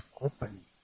open